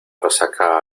resaca